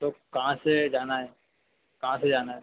तो कहाँ से जाना है कहाँ से जाना है